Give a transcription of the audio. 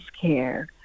care